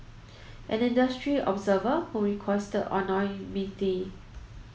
an industry observer who requested anonymity